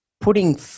Putting